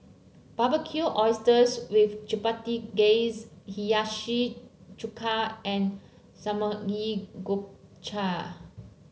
Barbecued Oysters with Chipotle Glaze Hiyashi Chuka and Samgeyopsal